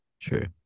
True